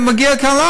והם מגיעים לכאן,